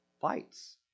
Fights